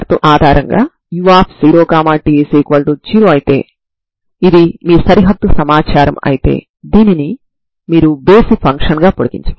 కాబట్టి మనం తీసుకున్న సమస్య ఏమైనప్పటికీ ఈ విధంగా మనం స్టర్మ్ లియోవిల్లే సమస్య నుండి సరిహద్దు నియమాలను తీసుకుంటాము